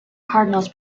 cardinals